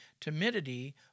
timidity